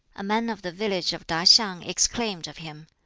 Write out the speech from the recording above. a man of the village of tah-hiang exclaimed of him,